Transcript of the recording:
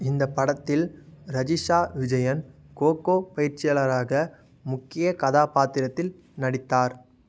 இந்த படத்தில் ரஜிஷா விஜயன் கோக்கோ பயிற்சியாளராக முக்கிய கதாபாத்திரத்தில் நடித்தார்